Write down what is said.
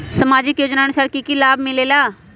समाजिक योजनानुसार कि कि सब लाब मिलीला?